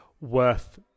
worth